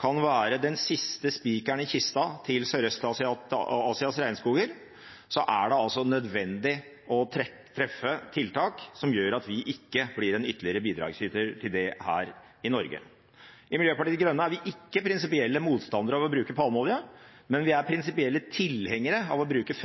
kan være den siste spikeren i kista til Sørøst-Asias regnskoger, er det altså nødvendig å treffe tiltak som gjør at vi ikke blir en ytterligere bidragsyter til det her i Norge. I Miljøpartiet De Grønne er vi ikke prinsipielle motstandere av å bruke palmeolje, men vi er prinsipielle tilhengere av å bruke